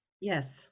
yes